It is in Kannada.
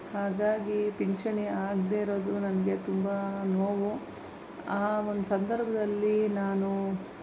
ಹಾಗಾಗಿ ಪಿಂಚಣಿ ಆಗದೇ ಇರೋದು ನನಗೆ ತುಂಬ ನೋವು ಆ ಒಂದು ಸಂದರ್ಭದಲ್ಲಿ ನಾನು